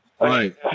Right